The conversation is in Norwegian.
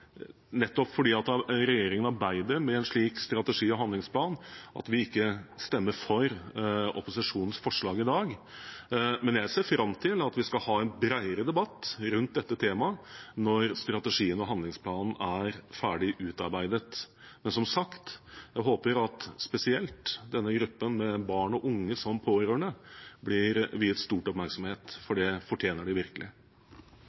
nettopp fordi regjeringen arbeider med en slik strategi og en handlingsplan at vi ikke stemmer for opposisjonens forslag i dag. Jeg ser fram til å ha en bredere debatt om dette temaet når strategien og handlingsplanen er ferdig utarbeidet. Men som sagt: Jeg håper spesielt denne gruppen, barn og unge som er pårørende, blir viet stor oppmerksomhet,